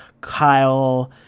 Kyle